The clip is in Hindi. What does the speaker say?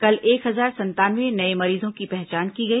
कल एक हजार संतानवे नये मरीजों की पहचान की गई